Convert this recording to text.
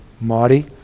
Marty